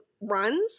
runs